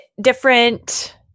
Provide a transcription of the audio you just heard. different